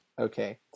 okay